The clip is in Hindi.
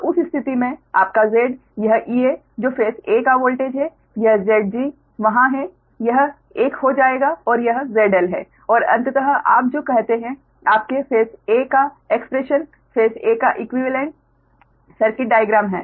तो उस स्थिति में आपका Z यह Ea जो फेस a का वोल्टेज है यह Zg वहाँ है यह एक हो जाएगा और यह ZL है और अंततः आप जो कहते है आपके फेस a का एक्स्प्रेशन फेस a का इक्वीवेलेंट सर्किट डाइग्राम है